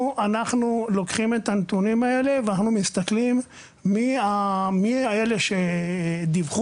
אנחנו לוקחים את הנתונים האלה ואנחנו מסתכלים מי אלה דיווחו.